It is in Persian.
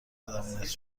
زبونت